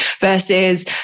Versus